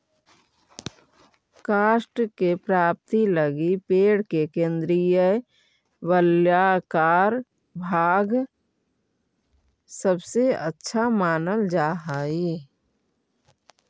काष्ठ के प्राप्ति लगी पेड़ के केन्द्रीय वलयाकार भाग सबसे अच्छा मानल जा हई